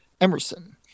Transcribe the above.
Emerson